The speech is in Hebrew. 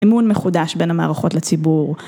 אמון מחודש בין המערכות לציבור